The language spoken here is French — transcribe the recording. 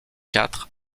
quatre